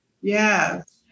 Yes